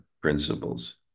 principles